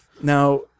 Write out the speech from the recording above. now